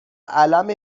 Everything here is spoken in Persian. اَلَم